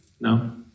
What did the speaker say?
no